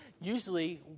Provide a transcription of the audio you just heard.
Usually